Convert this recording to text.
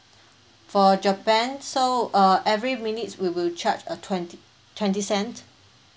for japan so uh every minutes we will charge a twenty twenty cent